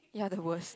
ya the worst